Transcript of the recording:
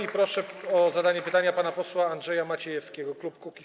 I proszę o zadanie pytania pana posła Andrzeja Maciejewskiego, klub Kukiz’15.